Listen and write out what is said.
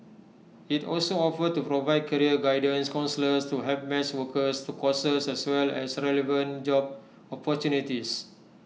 IT also offered to provide career guidance counsellors to help match workers to courses as well as relevant job opportunities